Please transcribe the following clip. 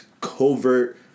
covert